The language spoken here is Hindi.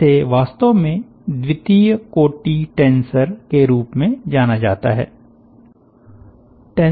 इसे वास्तव में द्वितीय कोटि टेंसर के रूप में जाना जाता है